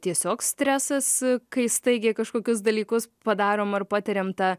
tiesiog stresas kai staigiai kažkokius dalykus padarom ar patiriam tą